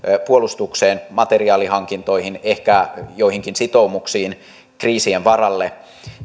puolustukseen materiaalihankintoihin ehkä joihinkin sitoumuksiin kriisien varalle